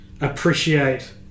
appreciate